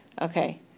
Okay